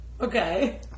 Okay